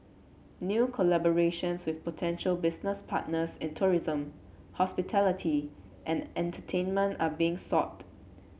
new collaborations with potential business partners in tourism hospitality and entertainment are being sought